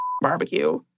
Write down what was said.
barbecue